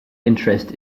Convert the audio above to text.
interest